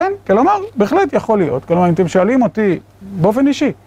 כן? כלומר, בהחלט יכול להיות. כלומר, אם אתם שואלים אותי באופן אישי.